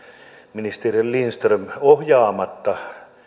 ministeri lindströmin ohjaamatta